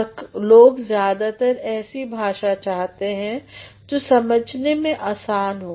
और लोग ज्यादार ऐसी भाषा चाहते हैं जो समझने में आसान हो